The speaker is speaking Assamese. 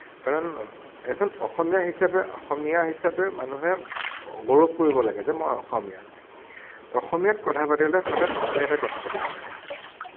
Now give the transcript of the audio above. কাৰণ এজন অসমীয়া হিচাপে অসমীয়া হিচাপে মানুহে গৌৰৱ কৰিব লাগে যে মই অসমীয়া অসমীয়াত কথা পাতিলে সদায় অসমীয়াতে কথা পাতিব লাগে